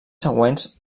següents